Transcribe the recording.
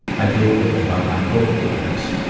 i do it with about my coke relapse.